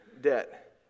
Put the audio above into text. debt